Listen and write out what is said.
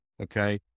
Okay